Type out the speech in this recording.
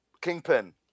Kingpin